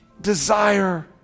desire